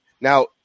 now